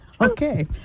Okay